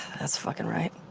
that's fucking right.